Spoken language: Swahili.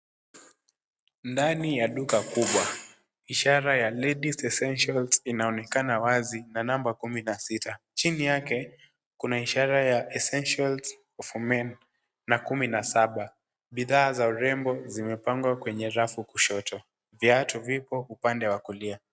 Ndani ya duka kubwa ishara ya LADIES ESSENTIALS inaonekana wazi na number 16 chini yake kuna ishara ya ESSENTIALS FOR MEN na 17 bidhaa za urembo zimepangwa kwenye rafu kushoto viatu vipo upande wakulia.